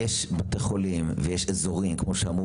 יש בתי חולים ויש אזורים כמו שאמרו